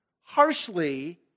harshly